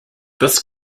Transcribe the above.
this